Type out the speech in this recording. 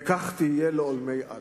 וכך תהיה לעולמי עד".